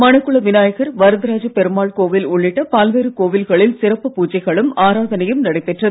மணக்குள விநாயகர் வரதராஜப் பெருமாள் கோவில் உள்ளிட்ட பல்வேறு கோவில்களில் சிறப்பு பூஜைகளும் ஆராதனையும் நடைபெற்றது